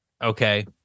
Okay